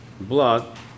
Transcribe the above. blood